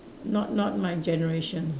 not not my generation